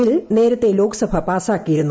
bill നേരത്തെ ലോക്സഭ പാസാക്കിയിരുന്നു